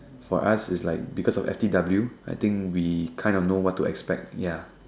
for us is like because of F_T_W I think we kinda like know what to expect ya